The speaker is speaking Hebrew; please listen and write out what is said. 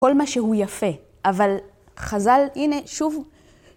כל מה שהוא יפה. אבל חז"ל, הנה, שוב